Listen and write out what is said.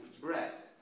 breath